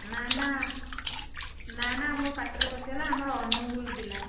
ନା ନା ନା ନା ମୋ ପାଟିରେ ପଶିଗଲା ଆମର ଅନୁଗୁଳ ଜିଲ୍ଲା